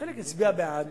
וחלק יצביע בעד.